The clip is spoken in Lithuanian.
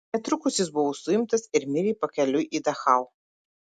netrukus jis buvo suimtas ir mirė pakeliui į dachau